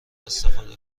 استفاده